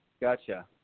Gotcha